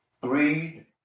greed